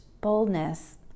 boldness